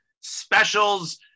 specials